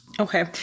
Okay